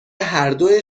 هردو